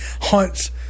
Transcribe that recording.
hunts